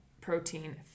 protein